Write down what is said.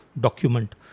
document